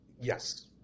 Yes